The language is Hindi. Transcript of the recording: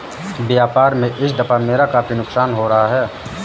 व्यापार में इस दफा मेरा काफी मुनाफा हो रहा है